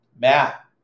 matt